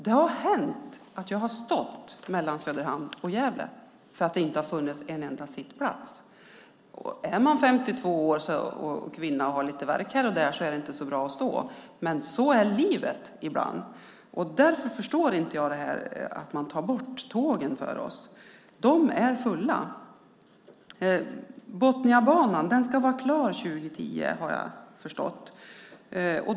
Det har hänt att jag har stått mellan Söderhamn och Gävle därför att det inte har funnits en enda sittplats. Är man 52 år, kvinna och har lite värk här och där är det inte så bra att stå, men så är livet ibland. Därför förstår jag inte att man tar bort tågen för oss. De är fulla. Botniabanan ska vara klar 2010, har jag förstått.